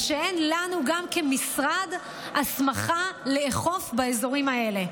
ושאין לנו גם כמשרד הסמכה לאכוף באזורים האלה.